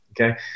Okay